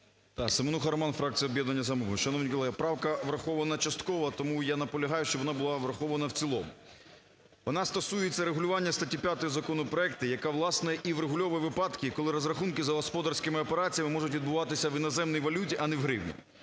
Р.С. Семенуха Роман, фракція "Об'єднання "Самопоміч". Шановні колеги, правка врахована частково. Тому я наполягаю, щоб вона була врахована в цілому. Вона стосується регулювання статті 5 законопроекту, яка, власне, і врегульовує випадки, коли розрахунки за господарськими операціями можуть відбуватися в іноземній валюті, а не в гривні.